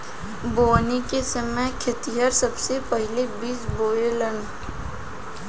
बोवनी के समय खेतिहर सबसे पहिले बिज बोवेलेन